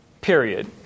period